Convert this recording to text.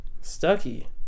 Stucky